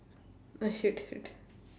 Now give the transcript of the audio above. uh shit shit